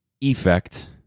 effect